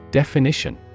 definition